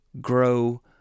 grow